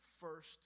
first